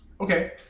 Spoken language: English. Okay